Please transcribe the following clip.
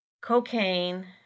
Cocaine